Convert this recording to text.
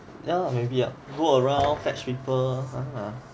ya lah maybe ah go around fetch people ah